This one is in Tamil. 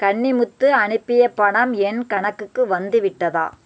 கன்னிமுத்து அனுப்பிய பணம் என் கணக்குக்கு வந்துவிட்டதா